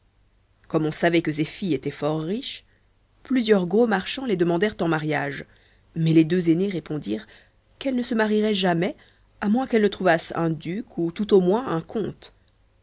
comme on savait que ces filles étaient fort riches plusieurs gros marchands les demandèrent en mariage mais les deux aînées répondirent qu'elles ne se marieraient jamais à moins qu'elles ne trouvassent un duc ou tout au moins un comte